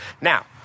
Now